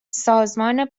سازمان